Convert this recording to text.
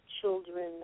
children